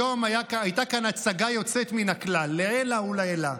היום הייתה כאן הצגה יוצאת מהכלל, לעילא ולעילא.